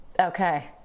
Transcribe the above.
Okay